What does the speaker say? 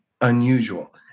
unusual